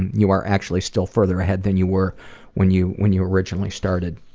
and you are actually still further ahead than you were when you when you originally started.